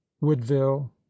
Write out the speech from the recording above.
woodville